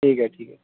ठीक है ठीक है